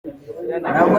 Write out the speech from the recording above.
ntago